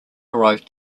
arrived